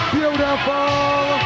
Beautiful